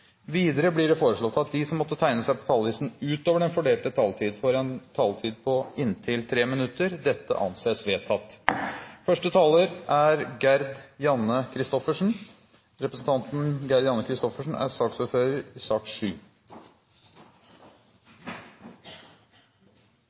Videre blir det foreslått at de som måtte tegne seg på talerlisten utover den fordelte taletid, får en taletid på inntil 3 minutter. – Det anses vedtatt. De problemstillingene som ligger i innstillingen, er i